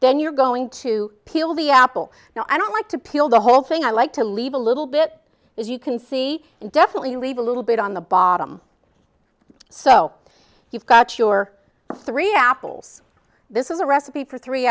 then you're going to peel the apple now i don't like to peel the whole thing i like to leave a little bit as you can see and definitely leave a little bit on the bottom so you've got your three apples this is a recipe for three